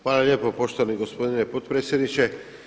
Hvala lijepo poštovani gospodine potpredsjedniče.